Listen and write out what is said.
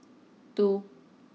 two